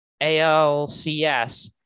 ALCS